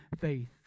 faith